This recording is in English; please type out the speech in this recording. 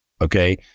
okay